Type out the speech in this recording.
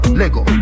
lego